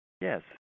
Yes